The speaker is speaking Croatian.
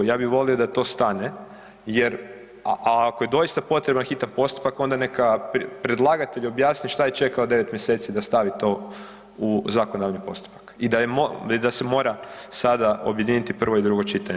Ja bi volio da to stane jer, a ako je doista potreban hitan postupak onda neka predlagatelj objasni šta je čekao 9. mjeseci da stavi to u zakonodavni postupak i da je i da se mora sada objediniti prvo i drugo čitanje.